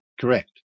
Correct